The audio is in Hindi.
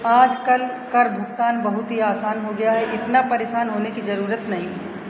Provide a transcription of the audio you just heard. आजकल कर भुगतान बहुत ही आसान हो गया है इतना परेशान होने की ज़रूरी नहीं है